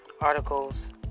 Articles